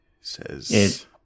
Says